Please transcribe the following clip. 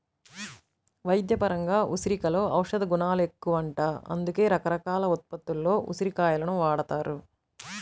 వైద్యపరంగా ఉసిరికలో ఔషధగుణాలెక్కువంట, అందుకే రకరకాల ఉత్పత్తుల్లో ఉసిరి కాయలను వాడతారు